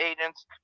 agents